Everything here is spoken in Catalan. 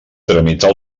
tramitar